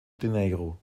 dinheiro